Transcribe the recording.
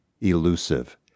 elusive